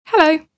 Hello